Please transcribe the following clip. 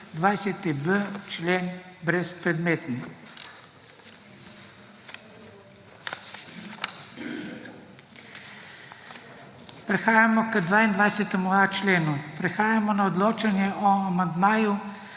20.b člen brezpredmetni. Prehajamo k 22.a členu. Prehajamo na odločanje o amandmaju